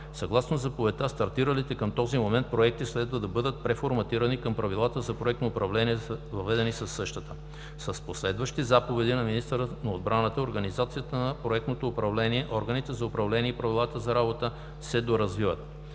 Съгласно заповедта, стартиралите към онзи момент проекти следва да бъдат преформатирани към правилата за проектно управление, въведени със същата. С последващи заповеди на министъра на отбраната организацията на проектното управление, органите за управление и правилата за работа се доразвиват.